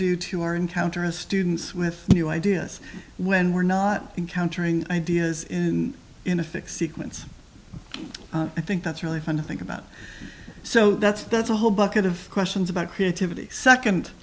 do to our encounter as students with new ideas when we're not encountering ideas in in a fixed sequence i think that's really fun to think about so that's that's a whole bucket of questions about creativity second